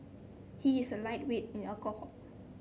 he is a lightweight in alcohol